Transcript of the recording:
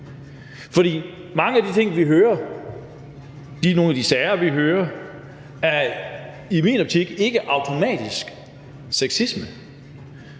og nogle af de sager, vi hører om, er i min optik ikke automatisk sexisme,